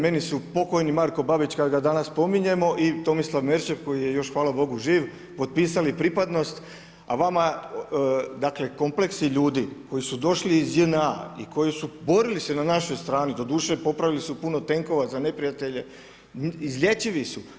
Meni su pokojni Marko Babić kada ga danas spominjemo i Tomislav Merčep koji je još hvala Bogu živ potpisali pripadnost a vama dakle kompleksi ljudi koji su došli iz JNA i koji su borili se na našoj strani doduše popravili su puno tenkova za neprijatelje, izlječivi su.